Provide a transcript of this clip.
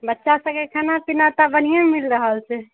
बच्चा सबके खानापीना तऽ बढ़िएँ मिल रहल छै